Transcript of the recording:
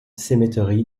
cemetery